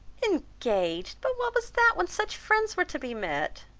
engaged! but what was that, when such friends were to be met?